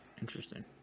Interesting